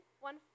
One